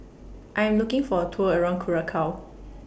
I Am looking For A Tour around Curacao